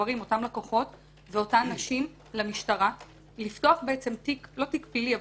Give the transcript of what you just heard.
גברים לקוחות ואותן נשים למשטרה לפתוח תיק לא פלילי,